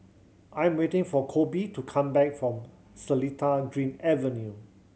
I'm waiting for Kolby to come back from Seletar Dream Avenue